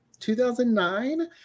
2009